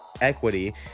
equity